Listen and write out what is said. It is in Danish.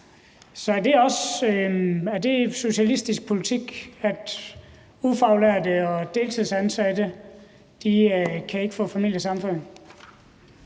Så er det socialistisk politik, at ufaglærte og deltidsansatte ikke kan få familiesammenføring?